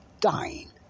dying